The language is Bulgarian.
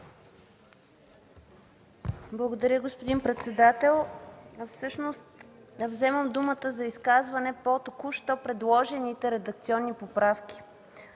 Благодаря Ви, господин председател. Вземам думата за изказване по току-що предложените редакционни поправки,